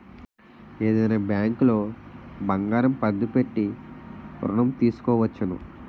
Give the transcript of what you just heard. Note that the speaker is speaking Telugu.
ఏదైనా బ్యాంకులో బంగారం పద్దు పెట్టి ఋణం తీసుకోవచ్చును